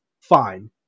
fine